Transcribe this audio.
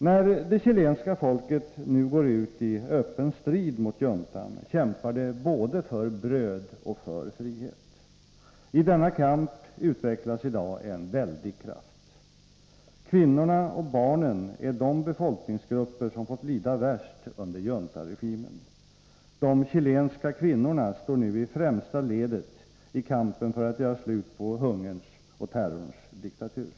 När det chilenska folket nu går ut i öppen strid mot juntan kämpar det både för bröd och för frihet. I denna kamp utvecklas i dag en väldig kraft. Kvinnorna och barnen är de befolkningsgrupper som fått lida värst under juntaregimen. De chilenska kvinnorna står nu i främsta ledet i kampen för att göra slut på hungerns och terrorns diktatur.